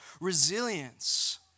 resilience